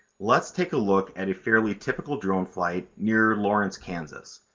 let's take a look at a fairly typical drone flight near lawrence, kansas.